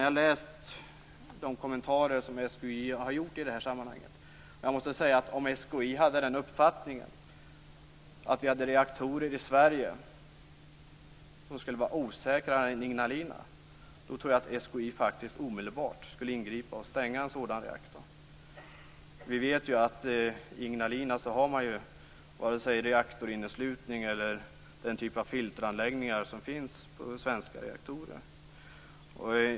Jag har läst de kommentarer som SKI har gjort i det här sammanhanget. Jag måste säga att om SKI hade den uppfattningen att vi har reaktorer i Sverige som är osäkrare än Ignalina, så tror jag faktiskt att SKI omedelbart skulle ingripa och stänga sådana reaktorer.